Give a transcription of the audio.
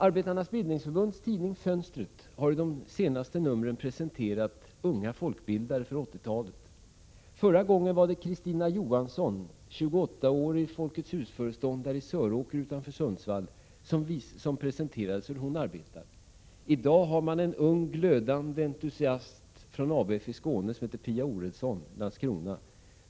Arbetarnas bildningsförbunds tidning Fönstret har i de senaste numren = Prot. 1986/87:100 presenterat unga folkbildare på 80-talet. I förra numret var det Christina 2 april 1987 Johansson, 28-årig Folkets hus-föreståndare i Söråker utanför Sundsvall, som presenterade hur hon arbetar. I dag har man en ung glödande entusiast från ABF i Skåne, som heter Pia Oredsson och är från Landskrona.